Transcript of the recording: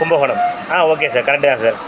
கும்பகோணம் ஆ okay sir correct தான் sir